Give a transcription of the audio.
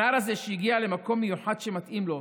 הנער הזה הגיע למקום מיוחד שמתאים לו,